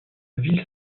ville